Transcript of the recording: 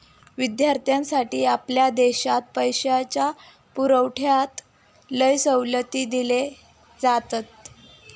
विद्यार्थ्यांसाठी आपल्या देशात पैशाच्या पुरवठ्यात लय सवलती दिले जातत